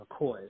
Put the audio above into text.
McCoy